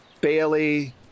Bailey